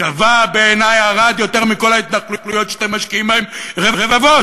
שווה בעיני ערד יותר מכל ההתנחלויות שאתם משקיעים בהן רבבות.